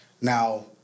Now